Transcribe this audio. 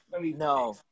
No